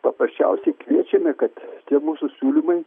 paprasčiausiai kviečiame kad tie mūsų siūlymai